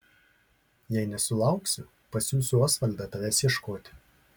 jei nesulauksiu pasiųsiu osvaldą tavęs ieškoti